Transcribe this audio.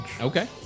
Okay